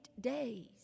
days